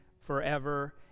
forever